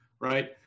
right